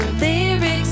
lyrics